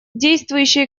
действующий